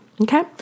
Okay